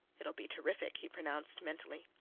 itll be terrific, he pronounced, mentally.